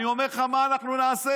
אני אומר לך מה אנחנו נעשה.